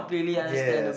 yes